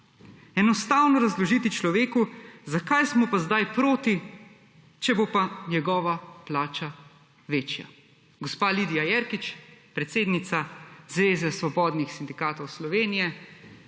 Enostavno razložiti človeku, zakaj smo pa zdaj proti, če bo pa njegova plača večja.« Gospa Lidija Jerkič, predsednica Zveze svobodnih sindikatov Slovenije,